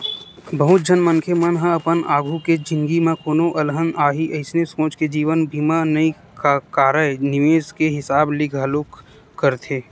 बहुत झन मनखे मन ह अपन आघु के जिनगी म कोनो अलहन आही अइसने सोच के जीवन बीमा नइ कारय निवेस के हिसाब ले घलोक करथे